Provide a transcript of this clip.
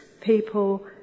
People